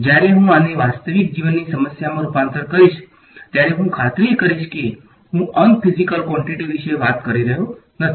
જ્યારે હું આને વાસ્તવિક જીવનની સમસ્યામાં રૂપાંતરિત કરીશ ત્યારે હું ખાતરી કરીશ કે હું અન ફીજીકલ ક્વોંટીટી વિશે વાત કરી રહ્યો નથી